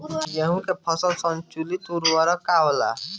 गेहूं के फसल संतुलित उर्वरक का होला?